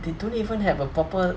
they don't even have a proper